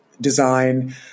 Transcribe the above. design